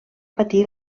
patir